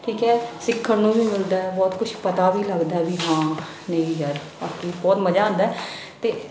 ਠੀਕ ਹੈ ਸਿੱਖਣ ਨੂੰ ਵੀ ਮਿਲਦਾ ਬਹੁਤ ਕੁਛ ਪਤਾ ਵੀ ਲੱਗਦਾ ਵੀ ਹਾਂ ਨਹੀਂ ਯਾਰ ਬਾਕਏ ਬਹੁਤ ਮਜ਼ਾ ਆਉਂਦਾ ਅਤੇ